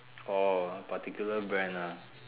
orh a particular brand ah